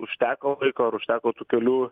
užteko laiko ar užteko tų kelių